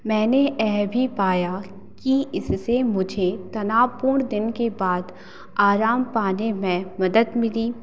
मैंने यह भी पाया कि इससे मुझे तनावपूर्ण दिन के बाद आराम पाने में मदद मिली